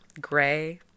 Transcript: Gray